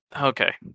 okay